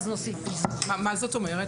מה זאת אומרת?